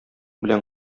белән